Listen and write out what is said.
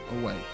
away